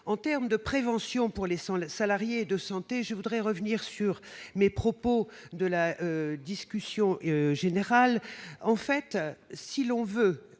en terme de prévention pour les les salariés de santé, je voudrais revenir sur mes propos de la discussion générale, en fait, si l'on veut